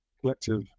collective